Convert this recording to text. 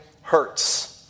Hurts